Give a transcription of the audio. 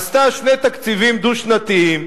עשתה שני תקציבים דו-שנתיים,